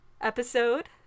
Episode